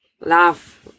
laugh